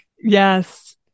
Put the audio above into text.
Yes